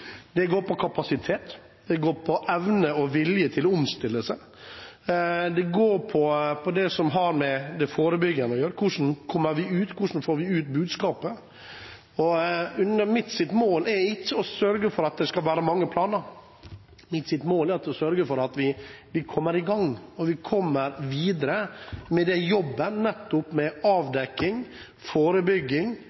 Det går på kapasitet, det går på evne og vilje til å omstille seg, og det går på det som har med det forebyggende å gjøre. Hvordan kommer det ut – hvordan får vi ut budskapet? Mitt mål er ikke å sørge for at det er mange planer. Mitt mål er å sørge for at vi kommer i gang og kommer videre med denne jobben – med avdekking, med forebygging og med behandling av